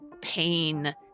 pain